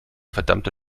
verdammte